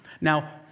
Now